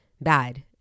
bad